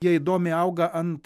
jie įdomiai auga ant